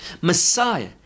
Messiah